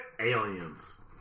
Aliens